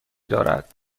دارد